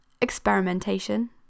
experimentation